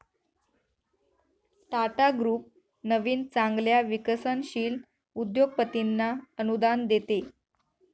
Tata group नवीन चांगल्या विकसनशील उद्योगपतींना अनुदान देते